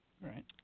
Right